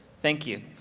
thank you.